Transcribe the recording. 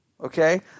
Okay